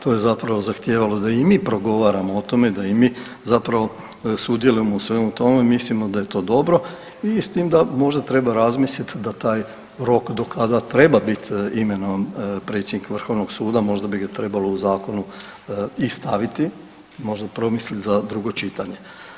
To je zapravo zahtijevalo da i mi progovaramo o tome, da i mi zapravo sudjelujemo u svemu tome, mislimo da je to dobro i s tim da možda treba razmislit da taj rok do kada treba bit imenovan predsjednik vrhovnog suda možda bi ga trebalo u zakonu i staviti, možda promislit za drugo čitanje.